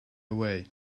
away